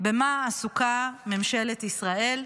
במה עסוקה ממשלת ישראל?